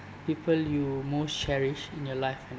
people you most cherish in your life